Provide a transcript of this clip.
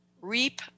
reap